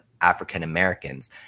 African-Americans